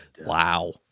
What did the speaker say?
wow